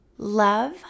Love